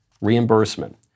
reimbursement